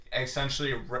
essentially